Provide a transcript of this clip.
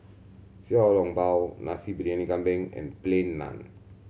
Xiao Long Bao Nasi Briyani Kambing and Plain Naan